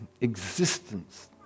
existence